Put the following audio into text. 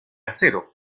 acero